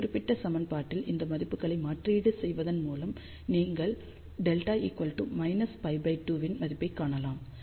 இந்த குறிப்பிட்ட சமன்பாட்டில் இந்த மதிப்புகளை மாற்றீடு செய்வதன் மூலம் நீங்கள் δ π2 இன் மதிப்பைக் காணலாம்